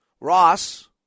Ross